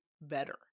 better